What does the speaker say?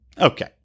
Okay